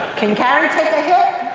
can carrie take a hit?